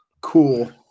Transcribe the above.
cool